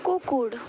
কুকুর